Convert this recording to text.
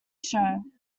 show